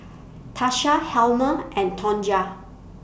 Tasha Helma and Tonja